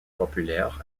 populaire